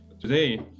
Today